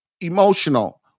emotional